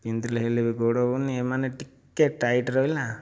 ପିନ୍ଧିଲେ ହେଲେ ବି ଗୋଡ଼ ହେଉନି ମାନେ ଟିକିଏ ଟାଇଟ୍ ରହିଲା